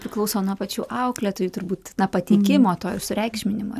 priklauso nuo pačių auklėtojų turbūt na pateikimo to ir sureikšminimo